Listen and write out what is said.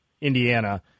Indiana